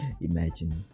imagine